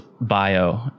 bio